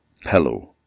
pillow